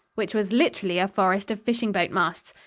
which was literally a forest of fishing-boat masts.